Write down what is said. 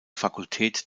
fakultät